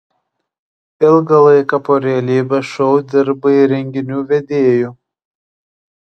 ilgą laiką po realybės šou dirbai renginių vedėju